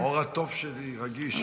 עור התוף שלי רגיש.